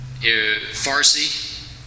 farsi